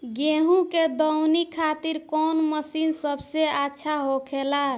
गेहु के दऊनी खातिर कौन मशीन सबसे अच्छा होखेला?